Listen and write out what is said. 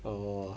oh